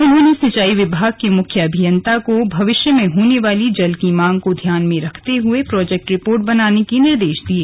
उन्होंने सिंचाई विभाग के मुख्य अभियंता को भविष्य में होने वाली जल की मांग को ध्यान में रखते हुए डीपीआर बनाने के निर्देश दिये